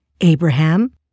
Abraham